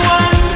one